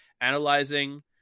analyzing